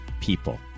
people